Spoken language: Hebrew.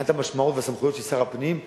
מבחינת המשמעות והסמכויות של שר הפנים,